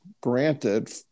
granted